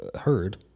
heard